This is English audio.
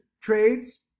trades